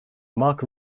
marc